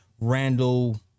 Randall